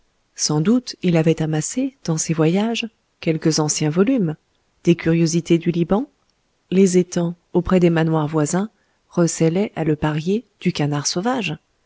sans doute il avait amassé dans ses voyages quelques anciens volumes des curiosités du liban les étangs auprès des manoirs voisins recélaient à le parier du canard sauvage